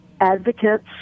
advocates